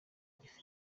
ifiriti